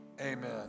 amen